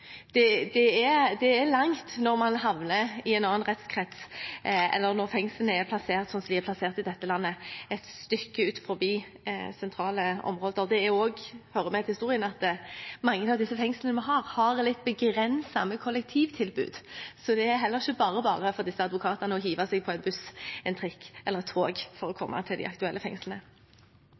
Det er langt når man havner i en annen rettskrets, når fengslene er plassert slik som de er plassert i dette landet – et stykke utenfor sentrale områder. Det hører også med til historien at til og fra mange av de fengslene vi har, er det et litt begrenset kollektivtilbud, så det er heller ikke bare bare for disse advokatene å hive seg på en buss, en trikk eller et tog for å komme til de aktuelle fengslene.